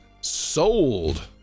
sold